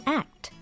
act